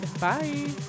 Bye